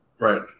Right